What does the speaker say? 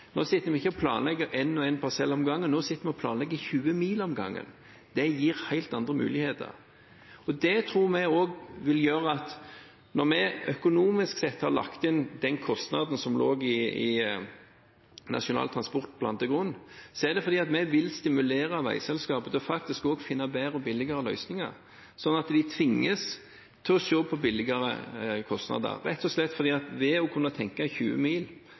Nå sitter de ikke og planlegger én og én parsell om gangen, nå sitter de og planlegger 20 mil om gangen. Det gir helt andre muligheter. Når vi økonomisk sett har lagt til grunn den kostnaden som lå i Nasjonal transportplan, er det fordi vi vil stimulere veiselskapet til å finne bedre og billigere løsninger, at de tvinges til å se på billigere løsninger, rett og slett fordi at man ved å tenke 20 mil